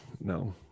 no